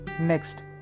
Next